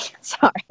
sorry